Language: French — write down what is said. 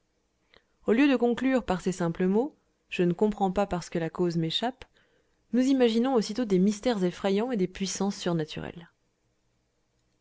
au lieu de conclure par ces simples mots je ne comprends pas parce que la cause m'échappe nous imaginons aussitôt des mystères effrayants et des puissances surnaturelles